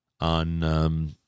on